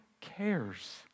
cares